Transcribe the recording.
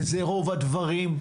וזה רוב הדברים.